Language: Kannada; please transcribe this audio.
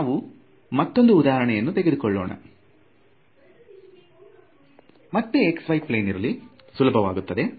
ನಾವು ಮತ್ತೊಂದು ಉದಾಹರಣೆಯನ್ನು ತೆಗೆದುಕೊಳ್ಳೋಣ ಮತ್ತೆ x y ಪ್ಲೇನ್ ಇರಲಿ ಸುಲಭವಾಗುತ್ತದೆ